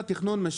אהלן.